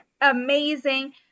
amazing